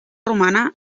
romana